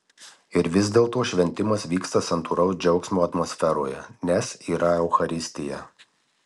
ir vis dėlto šventimas vyksta santūraus džiaugsmo atmosferoje nes yra eucharistija